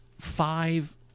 five